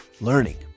Learning